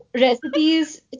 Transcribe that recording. recipes